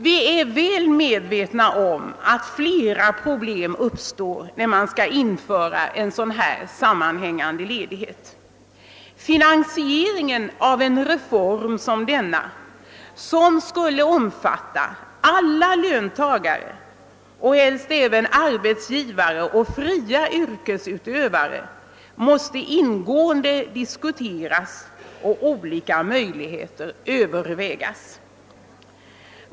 Vi är väl medvetna om att flera problem uppstår, när man skall införa en sammanhängande ledighet av detta slag. Finansieringen av en reform som denna, som skulle omfatta alla löntagare och helst även arbetsgivare och fria yrkesutövare, måste ingående diskuteras och olika möjligheter övervägas.